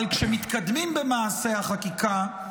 אבל כשמתקדמים במעשה החקיקה,